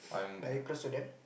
but are you close to them